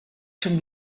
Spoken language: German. schon